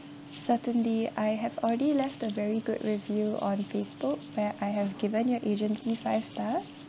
certainly I have already left a very good review on facebook where I have given your agency five stars